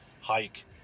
hike